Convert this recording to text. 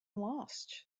lost